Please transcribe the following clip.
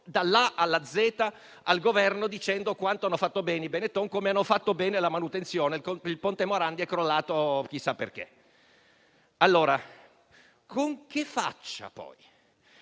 dalla A alla Z al Governo, dicendo quanto hanno fatto bene i Benetton, come hanno fatto bene la manutenzione e che il ponte Morandi è crollato chissà perché. Pertanto, con che faccia il